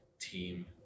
team